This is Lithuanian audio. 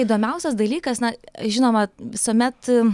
įdomiausias dalykas na žinoma visuomet